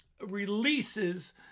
Releases